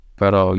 pero